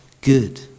good